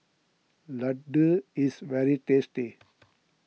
Laddu is very tasty